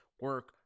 Work